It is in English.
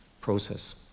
process